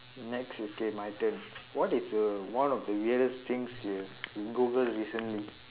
next okay my turn what is the one of the weirdest things you have Googled recently